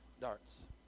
darts